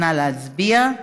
נא להצביע.